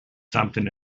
something